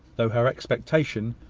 though her expectation,